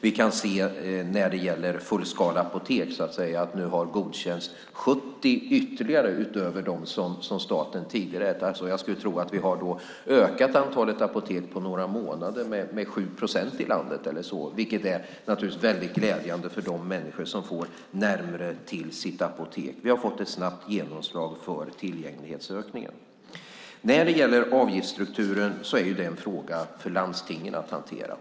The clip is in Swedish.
Vi kan se att det nu har godkänts 70 ytterligare fullskaleapotek utöver dem som staten tidigare hade. Jag skulle tro att vi har ökat antalet apotek i landet med ungefär 7 procent på några månader. Det är glädjande för de människor som får närmare till sitt apotek. Vi har fått ett snabbt genomslag för tillgänglighetsökningen. Avgiftsstrukturen är en fråga för landstingen att hantera.